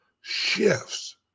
shifts